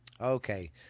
okay